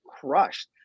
crushed